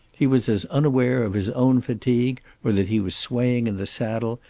he was as unaware of his own fatigue, or that he was swaying in the saddle,